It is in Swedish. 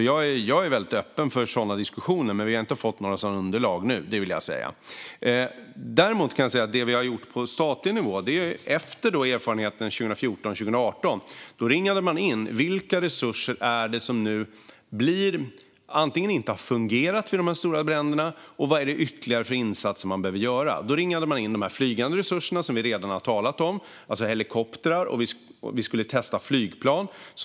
Jag är öppen för sådana diskussioner, men vi har inte fått några sådana underlag nu. Det som har gjorts på statlig nivå efter erfarenheterna från 2014 och 2018 är att man ringade in vilka resurser som inte fungerade vid de stora bränderna och vilka ytterligare insatser som behöver göras. Man ringade in de flygande resurserna, som vi redan har talat om, alltså helikoptrar. Vi skulle också testa flygplan.